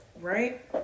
Right